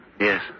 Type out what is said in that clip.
Yes